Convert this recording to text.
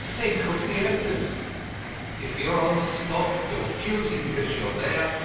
then cook the evidence if you're on the spot you're guilty because you're there,